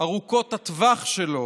ארוכות הטווח שלו